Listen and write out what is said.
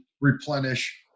replenish